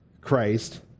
Christ